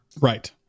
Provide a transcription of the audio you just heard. Right